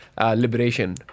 liberation